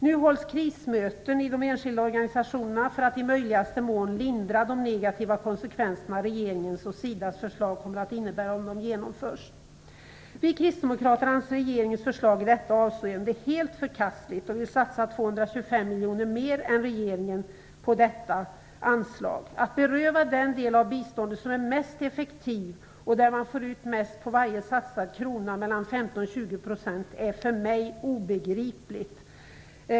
Nu hålls det krismöten i de enskilda organisationerna för att i möjligaste mån lindra de negativa konsekvenser som regeringens och SIDA:s förslag kommer att innebära om dessa genomförs. Vi kristdemokrater anser regeringens förslag i detta avseende vara helt förkastligt och vill satsa 225 miljoner mer än regeringen på detta anslag. Att beröva den del av biståndet som är mest effektiv och där man får ut mest av varje satsad krona, mellan 15 % och 20 %, är för mig obegripligt.